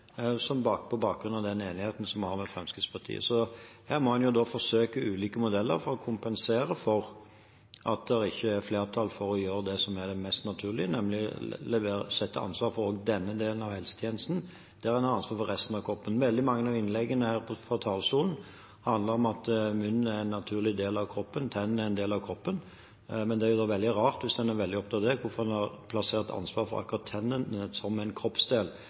på bakgrunn av den enigheten vi har med Fremskrittspartiet. Her må en forsøke ulike modeller for å kompensere for at det ikke er flertall for å gjøre det som er det mest naturlige, nemlig å gi ansvaret for denne delen av helsetjenesten der en har ansvar for resten av kroppen. Veldig mange av innleggene her fra talerstolen handler om at munnen er en naturlig del av kroppen, tennene er en del av kroppen. Hvis en er veldig opptatt av tennene som en kroppsdel, er det veldig rart at en har plassert ansvaret for det i fylkeskommunen, mens resten av kroppen er kommunens ansvar.